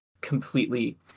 completely